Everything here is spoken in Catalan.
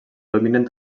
dominen